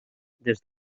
des